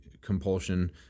compulsion